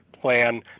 plan